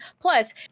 Plus